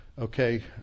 okay